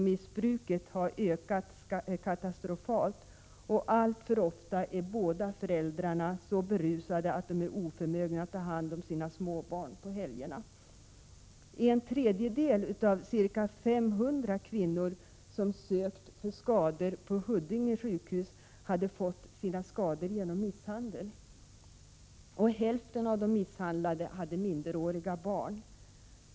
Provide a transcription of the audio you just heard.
Missbruket har ökat katastrofalt bland kvinnorna, och alltför ofta är båda föräldrarna så berusade att de är oförmögna att ta hand om sina småbarn på helgerna. En tredjedel av ca 500 kvinnor som sökt för skador på Huddinge sjukhus hade fått sina skador genom misshandel. Hälften av de misshandlade hade minderåriga barn.